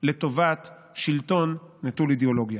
לטובת שלטון נטול אידיאולוגיה.